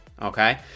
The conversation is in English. Okay